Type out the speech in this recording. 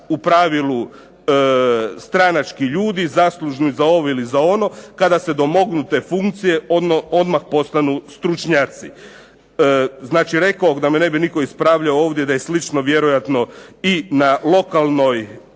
u pravilu stranački ljudi, zaslužni za ovo ili za ono, kada se domognu te funkcije odmah postanu stručnjaci. Znači rekoh, da me ne bi nitko ispravljao ovdje da je slično vjerojatno i na lokalnoj